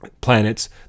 planets